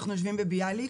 אנחנו יושבים בביאליק.